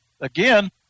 again